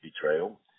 betrayal